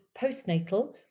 postnatal